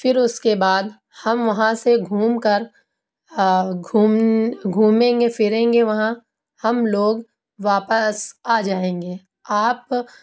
پھر اس کے بعد ہم وہاں سے گھوم کر گھوم گھومیں گے پھریں گے وہاں ہم لوگ واپس آ جائیں گے آپ